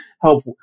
help